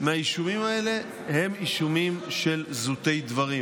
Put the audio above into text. מהאישומים האלה הם אישומים של זוטי דברים,